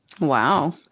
wow